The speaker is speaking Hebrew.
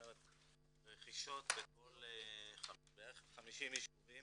רכישות בכ-50 ישובים.